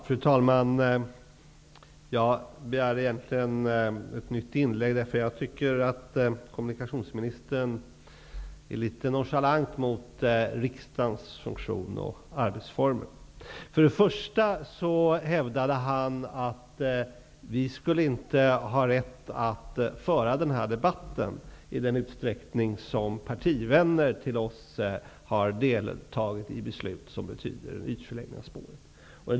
Fru talman! Egentligen begärde jag ett nytt inlägg. Jag tycker att kommunikationsministern är litet nonchalant mot riksdagen med tanke på dess funktion och arbetsformer. För det första hävdade kommunikationsministern att vi inte skulle ha rätt att föra den här debatten i den utsträckning som våra partivänner har deltagit i beslut som betyder ytförläggning av spår.